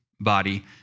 body